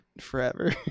forever